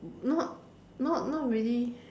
not not not really